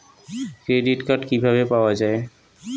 Credit card কিভাবে পাওয়া য়ায়?